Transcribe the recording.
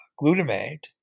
glutamate